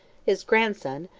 his grandson,